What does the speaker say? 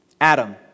Adam